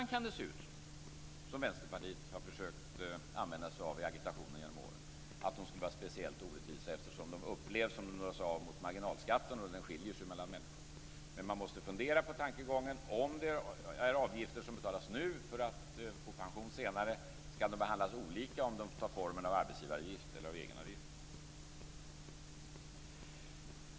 Det kan på ytan se ut så som Vänsterpartiet har försökt hävda i agitationen genom åren, att egenavgifterna skulle vara speciellt orättvisa därför att de dras mot marginalskatten, som är olika hög för skilda människor. Man måste fundera på tankegången om de avgifter som betalas nu för att man skall få pension senare skall behandlas olika om de tar formen av arbetsgivaravgift eller av egenavgift.